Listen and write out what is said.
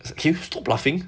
stop laughing